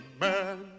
man